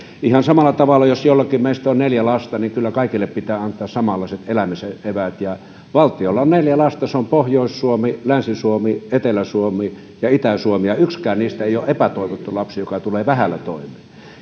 ihan samalla tavalla jos jollakin meistä on neljä lasta kyllä kaikille pitää antaa samanlaiset elämisen eväät valtiolla on neljä lasta ne ovat pohjois suomi länsi suomi etelä suomi ja itä suomi ja yksikään niistä ei ole epätoivottu lapsi joka tulee vähällä toimeen